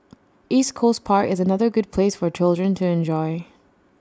East Coast park is another good place for children to enjoy